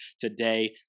today